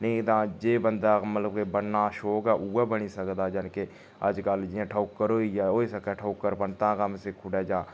नेईं तां जे बंदा मतलब कोई बनने दा शौक ऐ उ'यै बनी सकदा जानि कि अज्जकल जियां ठौकुर होई गेआ होई सकै ठौकुर पन्ता दा कम्म सिक्खी ओड़ै जां